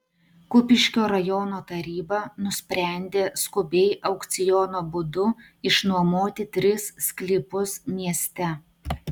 kupiškio rajono taryba nusprendė skubiai aukciono būdu išnuomoti tris sklypus mieste